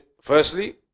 firstly